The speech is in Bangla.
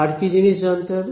আর কি জিনিস জানতে হবে